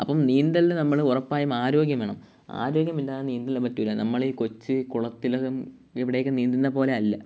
അപ്പോള് നീന്തലിന് നമ്മള് ഉറപ്പായും ആരോഗ്യം വേണം ആരോഗ്യമില്ലാതെ നീന്തലിന് പറ്റില്ല നമ്മള് ഈ കൊച്ചുകുളത്തിലും ഇവിടെയൊക്കെ നീന്തുന്നതു പോലെ അല്ല